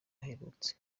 aherutse